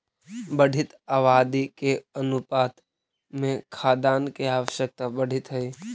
बढ़ीत आबादी के अनुपात में खाद्यान्न के आवश्यकता बढ़ीत हई